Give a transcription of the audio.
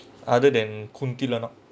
other than kundli or not